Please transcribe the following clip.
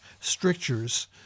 strictures